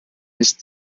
ist